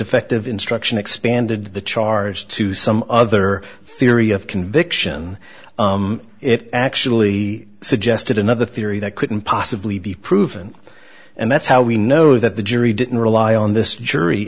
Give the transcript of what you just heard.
efective instruction expanded the charge to some other theory of conviction it actually suggested another theory that couldn't possibly be proven and that's how we know that the jury didn't rely on this jury